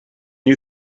you